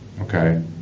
Okay